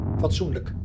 fatsoenlijk